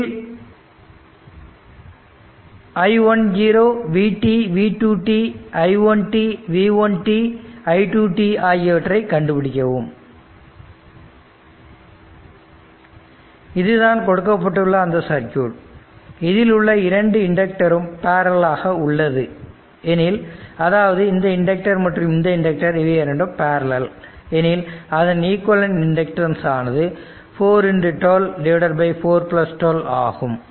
இதில் i1 v v2 i1 v1 i2ஆகியவற்றை கண்டுபிடிக்கவும் இதுதான் கொடுக்கப்பட்டுள்ள அந்த சர்க்யூட் இதில் உள்ள இரண்டு இண்டக்டரும் பேரலல் ஆக உள்ளது எனில் அதாவது இந்த இண்டக்டர் மற்றும் இந்த இண்டக்டர் இவை இரண்டும் பேரலல் எனில் அதன் ஈக்விவலெண்ட் இண்டக்டன்ஸ் ஆனது 4×12412 ஆகும்